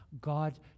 God